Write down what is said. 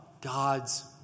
God's